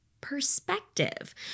perspective